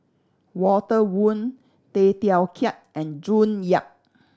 Walter Woon Tay Teow Kiat and June Yap